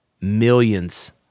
millions